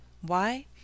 Why